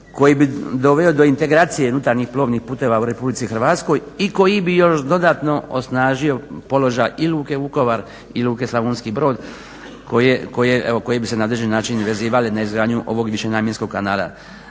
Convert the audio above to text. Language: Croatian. koji bi doveo do integracije unutarnjih plovnih putova u RH i koji bi još dodatno osnažio položaj i Luke Vukovar i Luke Slavonski Brod koje bi se na određeni način vezivale na izgradnju ovog višenamjenskog kanala.